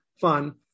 fun